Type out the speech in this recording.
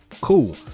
cool